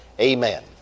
amen